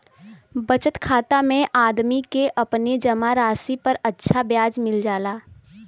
बचत खाता में आदमी के अपने जमा राशि पर अच्छा ब्याज मिल जाला